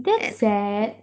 that's sad